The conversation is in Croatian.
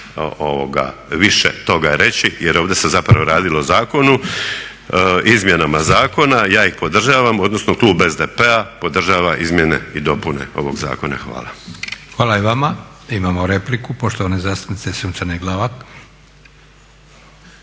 više toga reći. Jer ovdje se zapravo radilo o zakonu, izmjenama zakona. Ja ih podržavam, odnosno klub SPD-a podržava izmjene i dopune ovog zakona. Hvala. **Leko, Josip (SDP)** Hvala i vama. Imamo repliku poštovane zastupnice Sunčane Glavak.